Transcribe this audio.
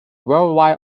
worldwide